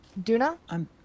Duna